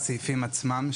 בסעיפים עצמם,